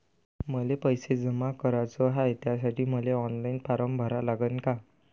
मले पैसे जमा कराच हाय, त्यासाठी मले ऑनलाईन फारम भरा लागन का?